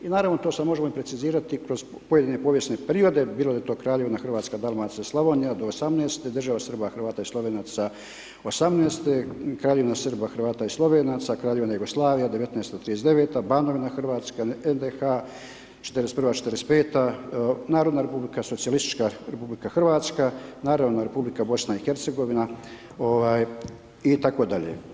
I naravno to se može i precizirati kroz pojedine povijesne periode, bilo da je to Kraljevina Hrvatska, Dalmacija, Slavonija, do 18, država Srba, Hrvata i Slovenaca 18, Kraljevina Srba, Hrvata i Slovenaca, Kraljevina Jugoslavija, 19 od 39, Banovina Hrvatska, NDH 41.-45., Narodna republika, Socijalistička RH, naravno Republika BiH itd.